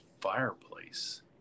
fireplace